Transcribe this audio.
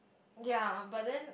ya but then